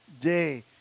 day